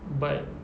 but